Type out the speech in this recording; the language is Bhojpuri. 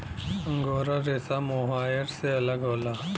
अंगोरा रेसा मोहायर से अलग होला